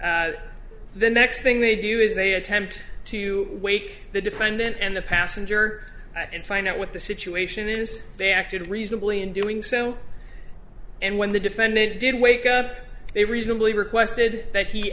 head the next thing they do is they attempt to wake the defendant and the passenger in find out what the situation is they acted reasonably in doing so and when the defendant did wake up they reasonably requested that he